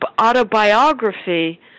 autobiography